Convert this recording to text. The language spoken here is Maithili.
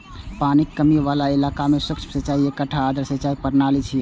पानिक कमी बला इलाका मे सूक्ष्म सिंचाई एकटा आदर्श सिंचाइ प्रणाली छियै